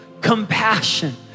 compassion